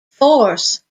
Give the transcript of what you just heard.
force